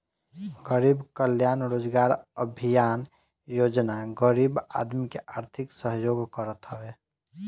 गरीब कल्याण रोजगार अभियान योजना गरीब आदमी के आर्थिक सहयोग करत हवे